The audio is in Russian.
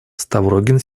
ставрогин